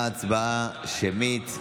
ההצבעה שמית.